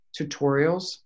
tutorials